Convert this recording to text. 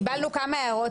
קיבלנו כמה הערות,